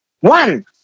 One